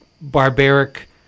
barbaric